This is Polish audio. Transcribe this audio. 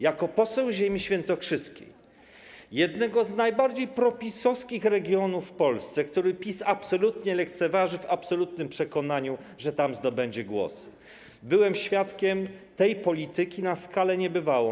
Jako poseł ziemi świętokrzyskiej, jednego z najbardziej propisowskich regionów w Polsce, który PiS absolutnie lekceważy w absolutnym przekonaniu, że tam zdobędzie głosy, byłem świadkiem tej polityki na skalę niebywałą.